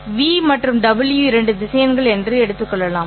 vev மற்றும் ́w இரண்டு திசையன்கள் என்று சொல்லலாம்